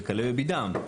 וכלה בביד"ם,